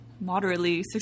moderately